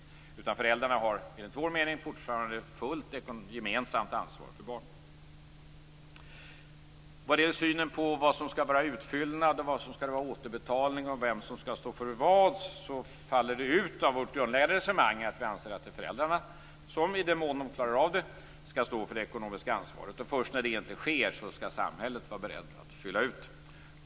Enligt vår mening har föräldrarna fortfarande fullt gemensamt ansvar för barnen. Vad gäller synen på vad som skall vara utfyllnad, vad som skall vara återbetalning och vem som skall stå för vad, faller det ut av vårt grundläggande resonemang att vi anser att det är föräldrarna som, i den mån de klarar av det, skall stå för det ekonomiska ansvaret. Först när det inte sker skall samhället vara berett att fylla ut.